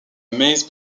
maize